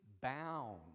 bound